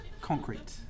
Concrete